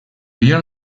year